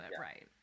right